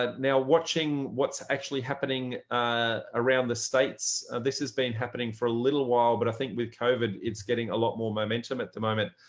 ah now watching what's actually happening around the states. this has been happening for a little while. but i think with covid, it's getting a lot more momentum at the moment.